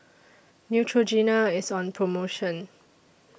Neutrogena IS on promotion